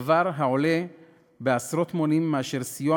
הדבר עולה עשרות מונים על סכום הסיוע